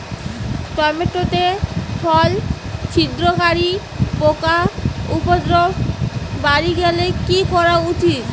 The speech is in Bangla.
টমেটো তে ফল ছিদ্রকারী পোকা উপদ্রব বাড়ি গেলে কি করা উচিৎ?